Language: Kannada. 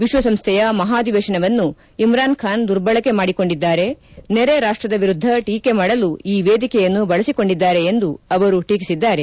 ವಿಶ್ವಸಂಸ್ವೆಯ ಮಹಾಧಿವೇಶನವನ್ನು ಇಮ್ರಾನ್ ಖಾನ್ ದುರ್ಬಳಕೆ ಮಾಡಿಕೊಂಡಿದ್ದಾರೆ ನೆರೆ ರಾಷ್ಲದ ವಿರುದ್ದ ಟೀಕೆ ಮಾಡಲು ಈ ವೇದಿಕೆಯನ್ನು ಬಳಸಿಕೊಂಡಿದ್ದಾರೆ ಎಂದು ಅವರು ಟೀಕಿಸಿದ್ದಾರೆ